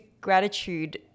gratitude